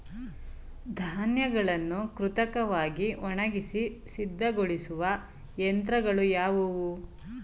ಧಾನ್ಯಗಳನ್ನು ಕೃತಕವಾಗಿ ಒಣಗಿಸಿ ಸಿದ್ದಗೊಳಿಸುವ ಯಂತ್ರಗಳು ಯಾವುವು?